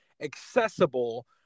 accessible